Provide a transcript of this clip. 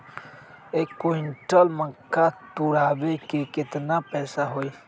एक क्विंटल मक्का तुरावे के केतना पैसा होई?